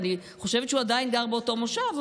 אני חושב שהוא עדיין גר באותו מושב,